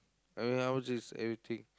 I mean how much is everything